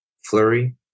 flurry